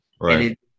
right